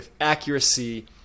accuracy